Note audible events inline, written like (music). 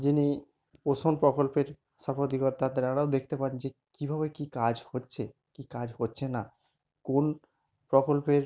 যিনি পোষণ প্রকল্পের (unintelligible) অধিকর্তা তাঁরাও দেখতে পান যে কীভাবে কী কাজ হচ্ছে কী কাজ হচ্ছে না কোন প্রকল্পের